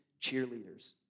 cheerleaders